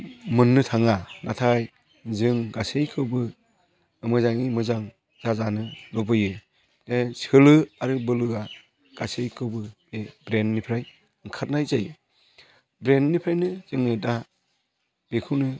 मोननो थाङा नाथाय जों गासैखौबो मोजाङै मोजां जाजानो लुबैयो बे सोलो आरो बोलोआ गासैखौबो बे ब्रेण्डनिफ्राय ओंखारनाय जायो ब्रेण्डनिफ्रायनो जोङो दा बेखौनो